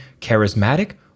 charismatic